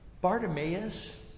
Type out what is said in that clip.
Bartimaeus